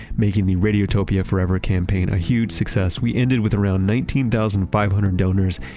making the radiotopia forever campaign a huge success. we ended with around nineteen thousand, five hundred donors,